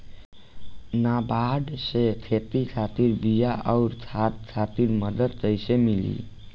नाबार्ड से खेती खातिर बीया आउर खाद खातिर मदद कइसे मिली?